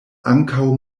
ankaŭ